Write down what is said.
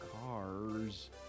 Cars